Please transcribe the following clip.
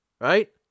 right